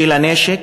של הנשק,